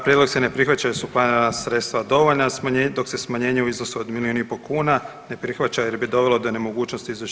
Prijedlog se ne prihvaća jer su planirana sredstva dovoljna dok se smanjenje u iznosu od milion i pol kuna ne prihvaća jer bi dovelo do nemogućnosti izvršenja.